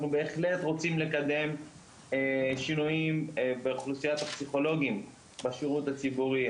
אנחנו בהחלט רוצים לקדם שינויים באוכלוסיית הפסיכולוגים בשירות הציבורי,